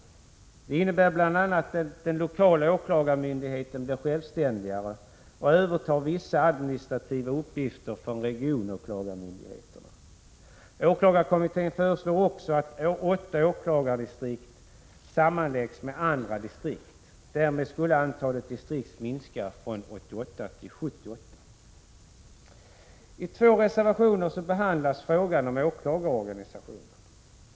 Det innebär bl.a. att den lokala åklagarmyndigheten blir självständigare och övertar vissa administrativa uppgifter från regionåklagarmyndigheterna. Åklagarkommittén föreslår också att åtta åklagardistrikt skall sammanläggas med andra distrikt. Därmed skulle antalet distrikt minska från 88 till 78. I två reservationer behandlas frågan om åklagarorganisationen.